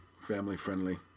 family-friendly